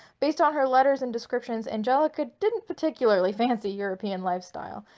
based on her letters and descriptions, angelica didn't particularly fancy european lifestyle.